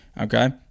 Okay